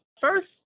First